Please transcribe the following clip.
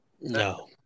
No